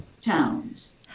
towns